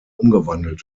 umgewandelt